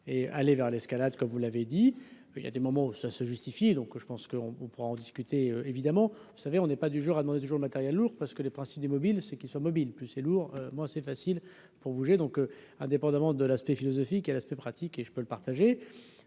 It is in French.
et aller vers l'escalade, comme vous l'avez dit, il y a des moments où ça se justifie donc je pense qu'on on pourra en discuter évidemment, vous savez, on n'est pas du genre à demander toujours le matériel lourd parce que le principe des mobiles, c'est qu'ils soient mobiles, plus c'est lourd, moi c'est facile pour bouger donc indépendamment de l'aspect philosophique et l'aspect pratique et je peux le partager,